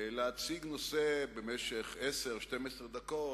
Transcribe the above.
להציג נושא במשך 10 12 דקות,